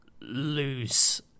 lose